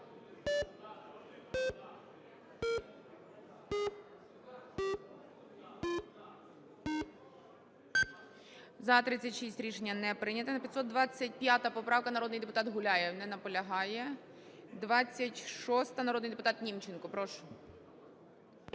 За-36 Рішення не прийнято. 525 поправка, народний депутат Гуляєв. Не наполягає. 26-а, народний депутатНімченко, прошу.